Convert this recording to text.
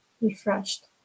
refreshed